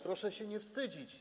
Proszę się nie wstydzić.